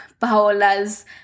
Paola's